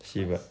cause